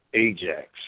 Ajax